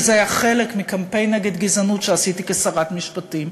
וזה היה חלק מקמפיין נגד גזענות שעשיתי כשרת המשפטים.